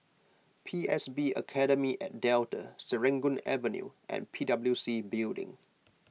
P S B Academy at Delta Serangoon Avenue and P W C Building